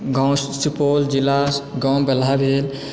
गाँव सुपौल जिला गाँव बलहा भेल